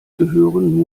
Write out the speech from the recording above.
gehören